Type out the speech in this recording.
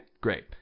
Great